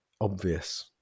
obvious